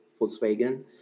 Volkswagen